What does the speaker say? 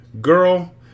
Girl